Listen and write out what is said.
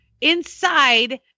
inside